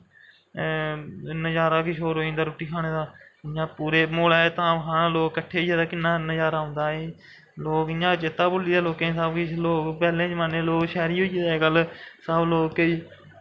नज़ारा गै किश होर होई जंदा रुट्टी खाने दा इ'यां पूरे लोक धाम खान लोग कट्ठे होइयै ते किन्ना नज़ारा औदा ऐ एह् लोग इ'यां गै चेता गै भुल्ली दा लोकें गी इ'यां पैह्लैं जमाने च लोग शैह्री होई गेदे अजकल्ल साहू लोग केईं